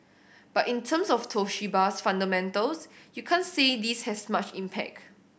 but in terms of Toshiba's fundamentals you can't say this has much impact